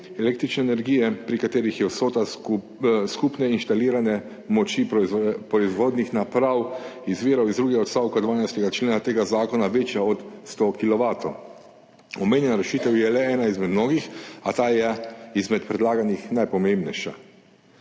električne energije, pri katerih je vsota skupne inštalirane moči proizvodnih naprav izvirov iz drugega odstavka 12. člena tega zakona večja od 100 kilovatov. Omenjena rešitev je le ena izmed mnogih, a ta je izmed predlaganih najpomembnejša.